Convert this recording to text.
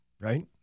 right